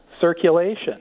circulation